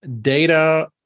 data